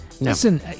Listen